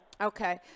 Okay